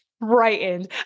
Brightened